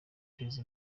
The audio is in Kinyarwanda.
guteza